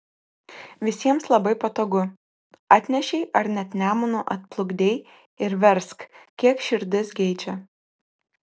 visiems labai patogu atnešei ar net nemunu atplukdei ir versk kiek širdis geidžia